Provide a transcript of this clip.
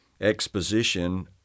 exposition